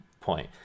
point